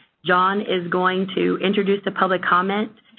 john is going to introduce the public comment.